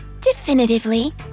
Definitively